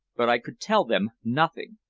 but i could tell them nothing.